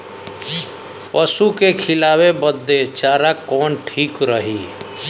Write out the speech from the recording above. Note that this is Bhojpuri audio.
पशु के खिलावे बदे चारा कवन ठीक रही?